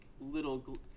little